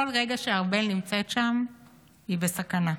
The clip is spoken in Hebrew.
כל רגע שארבל נמצאת שם היא בסכנה.